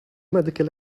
medical